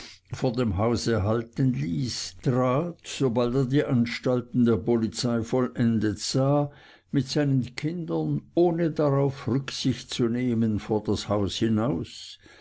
vor dem hause halten ließ trat sobald er die anstalten der polizei vollendet sah mit seinen kindern ohne darauf rücksicht zu nehmen vor das haus hinaus